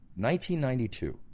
1992